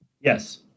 Yes